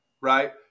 right